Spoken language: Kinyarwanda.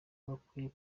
bakwiye